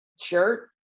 shirt